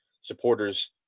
Supporters